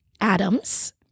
adams